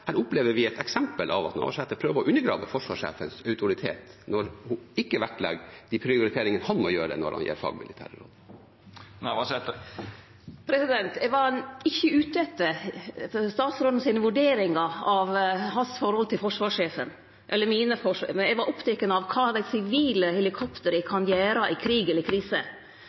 opplever et eksempel på at Navarsete prøver å undergrave forsvarssjefens autoritet, når hun ikke vektlegger de prioriteringene han må gjøre når han gir fagmilitære råd. Eg var ikkje ute etter statsrådens vurdering av sitt forhold til forsvarssjefen. Eg var oppteken av kva dei sivile helikoptera kan gjere i krig eller krise.